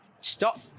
Stop